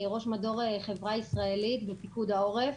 היא ראש מדור חברה ישראלית בפיקוד העורף.